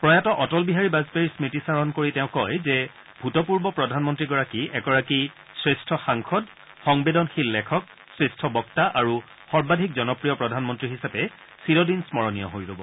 প্ৰয়াত অটল বিহাৰী বাজপেয়ীৰ স্মৃতি চাৰণ কৰি তেওঁ কয় যে ভূতপূৰ্ব প্ৰধানমন্ত্ৰীগৰাকী এগৰাকী শ্ৰেষ্ঠ সাংসদ সংবেদনশীল লেখক শ্ৰেষ্ঠ বক্তা আৰু সৰ্বাধিক জনপ্ৰিয় প্ৰধানমন্ত্ৰী হিচাপে চিৰদিন স্মৰণীয় হৈ ৰব